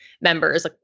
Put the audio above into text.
members